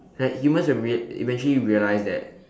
like humans will re~ eventually realize that